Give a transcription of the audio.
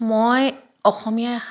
মই অসমীয়া